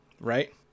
Right